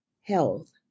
health